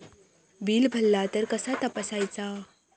Bill भरला तर कसा तपसायचा?